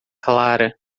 clara